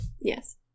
yes